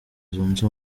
zunze